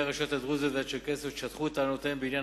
הרשויות הדרוזיות והצ'רקסיות שטחו את טענותיהם בעניין